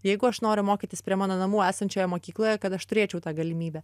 jeigu aš noriu mokytis prie mano namų esančioje mokykloje kad aš turėčiau tą galimybę